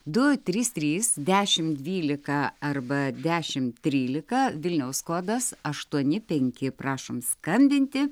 du trys trys dešimt dvylika arba dešimt trylika vilniaus kodas aštuoni penki prašom skambinti